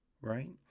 right